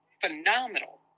phenomenal